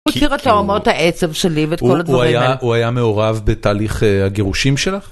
הוא הכיר את תהומות העצב שלי ואת כל הדברים האלה. הוא היה, הוא היה מעורב בתהליך הגירושים שלך?